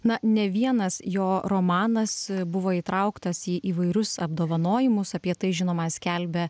na ne vienas jo romanas buvo įtrauktas į įvairius apdovanojimus apie tai žinoma skelbia